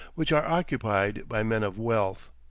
which are occupied by men of wealth.